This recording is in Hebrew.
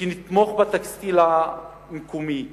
שנתמוך בטקסטיל המקומי שלנו,